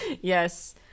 Yes